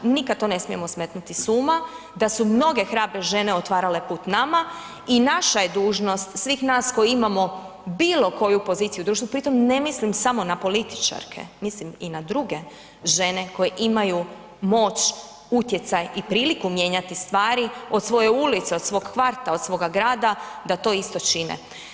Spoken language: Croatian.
Nikad to ne smijemo smetnuti s uma, da su mnoge hrabre žene otvarale put nama i naša je dužnost svih nas koji imamo bilo koju poziciju u društvu, pri tom ne mislim samo na političarke, mislim i na druge žene koje imaju moć, utjecaj i priliku mijenjati stvari, od svoje ulice, od svog kvarta, od svoga grada da to isto čine.